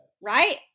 Right